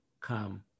come